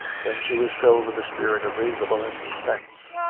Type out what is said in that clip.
then she was filled with the spirit of reasonableness and sense